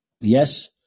Yes